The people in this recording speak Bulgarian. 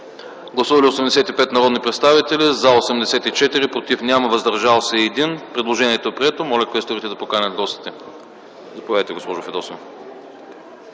Гласували 85 народни представители: за 84, против няма, въздържал се 1. Предложението е прието. Моля квесторите да поканят гостите. Заповядайте, госпожо Фидосова.